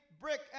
brick